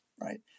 right